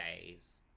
days